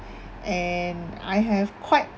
and I have quite